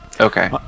Okay